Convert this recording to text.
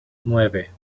nueve